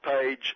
page